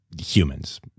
humans